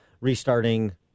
restarting